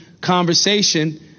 conversation